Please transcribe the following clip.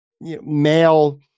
male